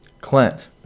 Clint